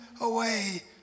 away